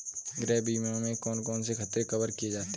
गृह बीमा में कौन कौन से खतरे कवर किए जाते हैं?